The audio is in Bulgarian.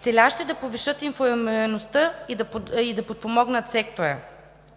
целящи да повишат информираността и да подпомогнат сектора.